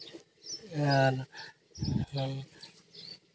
ᱟᱨ